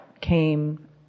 came